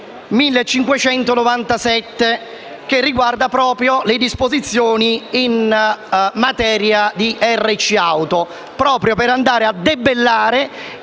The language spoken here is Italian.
Grazie,